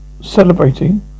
celebrating